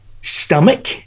stomach